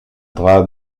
drap